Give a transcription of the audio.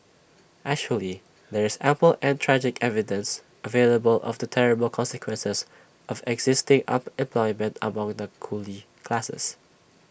actually there is ample and tragic evidence available of the terrible consequences of existing unemployment among the coolie classes